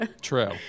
True